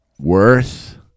worth